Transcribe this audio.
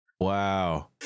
Wow